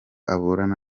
aburana